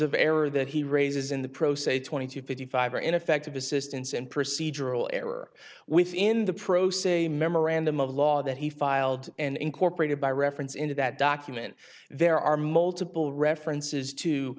error that he raises in the pro se twenty two fifty five are ineffective assistance and procedural error within the pro se memorandum of law that he filed and incorporated by reference into that document there are multiple references to